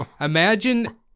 Imagine